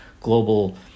global